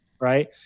right